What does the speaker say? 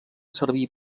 servir